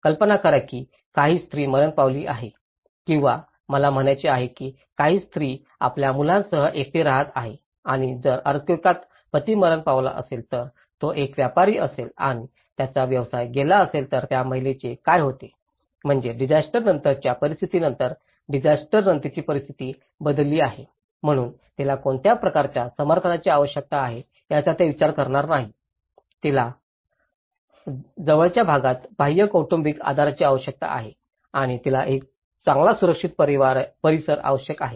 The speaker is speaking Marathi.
कल्पना करा की काही स्त्री मरण पावली आहे किंवा मला म्हणायचे आहे की काही स्त्री आपल्या मुलांसह एकटी राहिली आहे आणि जर अर्थक्वेकात पती मरण पावला असेल तर तो एक व्यापारी असेल आणि त्याचा व्यवसाय गेला असेल तर त्या महिलेचे काय होते म्हणजे डिसायस्टर नंतरच्या परिस्थितीनंतर डिसायस्टर नंतरची परिस्थिती बदलली आहे म्हणून तिला कोणत्या प्रकारच्या समर्थनाची आवश्यकता आहे याचा ते विचार करणार नाहीत तिला जवळच्या भागात बाह्य कौटुंबिक आधाराची आवश्यकता आहे किंवा तिला एक चांगला सुरक्षित परिसर आवश्यक आहे